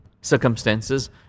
circumstances